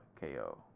KO